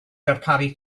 darparu